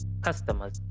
customers